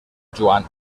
joan